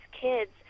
kids